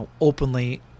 openly